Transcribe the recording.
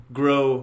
grow